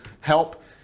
help